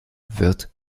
wird